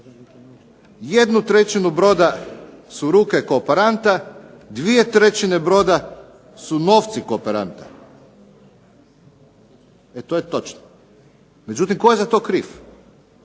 Jednu trećinu broda su ruke kooperanta, dvije trećine broda su novci kooperanta. E to je točno. Međutim, tko je za to kriv?